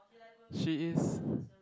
she is